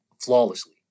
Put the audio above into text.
flawlessly